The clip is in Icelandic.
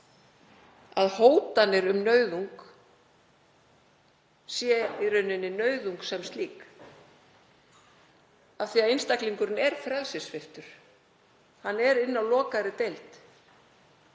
að hótanir um nauðung séu í raun nauðung sem slík, af því að einstaklingurinn er frelsissviptur. Hann er inni á lokaðri deild